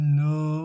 no